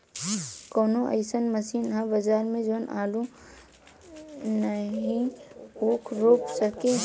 कवनो अइसन मशीन ह बजार में जवन आलू नियनही ऊख रोप सके?